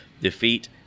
defeat